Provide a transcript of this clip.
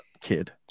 kid